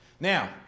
Now